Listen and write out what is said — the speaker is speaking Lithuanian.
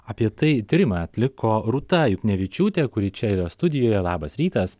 apie tai tyrimą atliko rūta juknevičiūtė kuri čia yra studijoje labas rytas